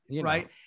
right